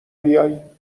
بیای